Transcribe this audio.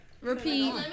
repeat